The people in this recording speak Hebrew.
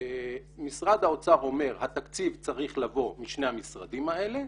משרד האוצר אומר שהתקציב צריך לבוא משני המשרדים האלה,